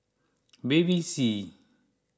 Bevy C